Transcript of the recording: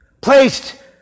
placed